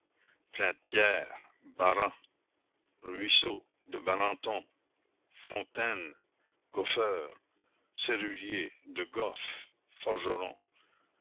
plein de pierres barant ruisseau de baranton fontaine goffeur serrurier de goff forgeron